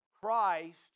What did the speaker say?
Christ